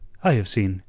i have seen,